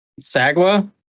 Sagwa